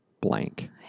blank